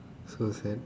so sad